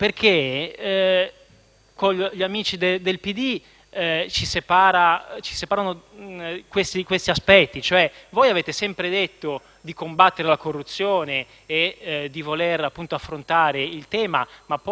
gli amici del PD ci separano alcuni aspetti. Avete sempre detto di voler combattere la corruzione e di voler affrontare il tema, ma poi, nei fatti,